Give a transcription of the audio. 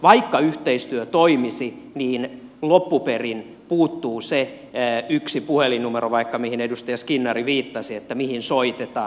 vaikka yhteistyö toimisi niin loppuperin puuttuu se yksi puhelinnumero mihin edustaja skinnari viittasi että mihin soitetaan